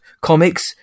comics